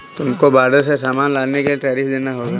तुमको बॉर्डर से सामान लाने के लिए टैरिफ देना होगा